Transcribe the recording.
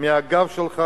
מהגב שלך